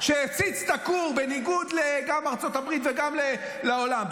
שהפציץ את הכור גם בניגוד לארצות הברית וגם בניגוד לעולם,